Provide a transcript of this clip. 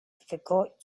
forgot